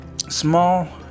small